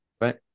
right